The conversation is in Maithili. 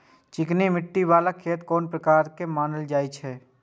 चिकनी मिट्टी बाला खेत कोन प्रकार के मानल जाय छै?